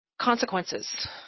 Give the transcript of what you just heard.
consequences